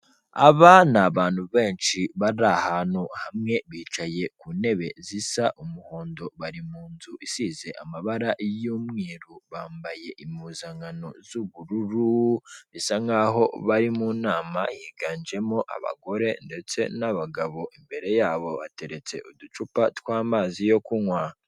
Aba ni abantu benshi bari ahantu hamwe bicaye ku ntebe zisa umuhondo bari mu nzu isize amabara y'umweru bambaye impuzankano z'ubururu, bisa nk'aho bari mu nama yiganjemo abagore ndetse n'abagabo, imbere yabo bateretse uducupa tw'amazi yo kunywa.